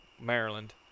Maryland